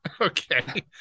Okay